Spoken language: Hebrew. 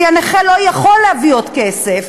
כי הנכה לא יכול להביא עוד כסף,